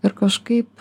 ir kažkaip